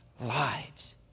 lives